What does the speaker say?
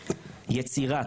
יצירה,